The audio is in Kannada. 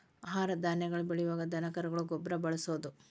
ಆಹಾರ ಧಾನ್ಯಗಳನ್ನ ಬೆಳಿಯುವಾಗ ದನಕರುಗಳ ಗೊಬ್ಬರಾ ಬಳಸುದು